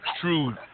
true